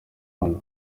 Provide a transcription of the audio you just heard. hano